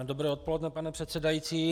Dobré odpoledne, pane předsedající.